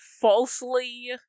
falsely